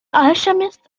alchemist